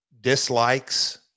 dislikes